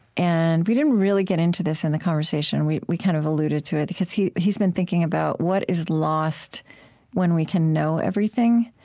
and we didn't really get into this in the conversation we we kind of alluded to it because he's he's been thinking about what is lost when we can know everything.